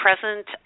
present